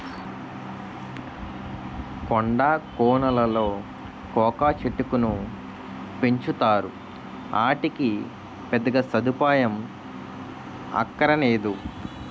కొండా కోనలలో కోకా చెట్టుకును పెంచుతారు, ఆటికి పెద్దగా సదుపాయం అక్కరనేదు